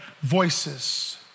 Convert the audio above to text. voices